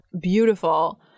beautiful